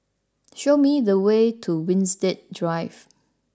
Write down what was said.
show me the way to Winstedt Drive